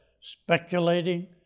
speculating